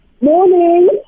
Morning